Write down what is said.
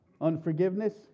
Unforgiveness